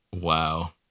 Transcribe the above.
Wow